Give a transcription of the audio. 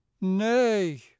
nay